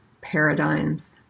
paradigms